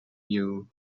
you